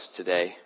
today